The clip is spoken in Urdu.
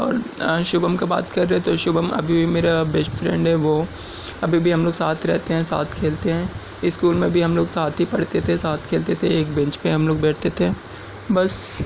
اور شبھم کی بات کر رہے ہیں تو شبھم ابھی بھی میرا بیسٹ فرینڈ ہے وہ ابھی بھی ہم لوگ ساتھ رہتے ہیں ساتھ کھیلتے ہیں اسکول میں بھی ہم لوگ ساتھ ہی پڑھتے تھے ساتھ کھیلتے تھے ایک بینچ پہ ہم لوگ بیٹھتے تھے بس